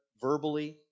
verbally